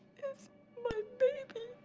is my baby.